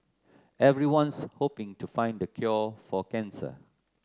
everyone's hoping to find the cure for cancer